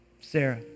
Sarah